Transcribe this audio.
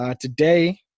Today